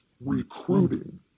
recruiting